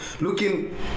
looking